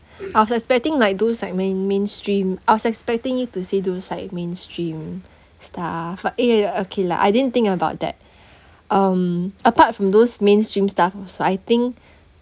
I was expecting like those like main mainstream I was expecting you to say those like mainstream stuff but eh okay lah I didn't think about that um apart from those mainstream stuff so I think